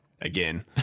again